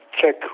check